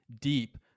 deep